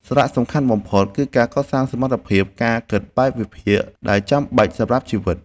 សារៈសំខាន់បំផុតគឺការកសាងសមត្ថភាព ការគិតបែបវិភាគ ដែលចាំបាច់សម្រាប់ជីវិត។